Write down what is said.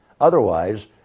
Otherwise